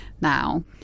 now